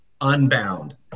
unbound